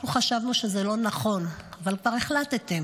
אנחנו חשבנו שזה לא נכון, אבל כבר החלטתם,